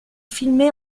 filmé